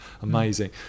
amazing